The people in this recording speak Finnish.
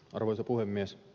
arvoisa puhemies